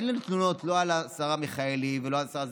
אין לנו תלונות לא על השרה מיכאלי ולא על השרה זנדברג.